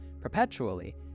perpetually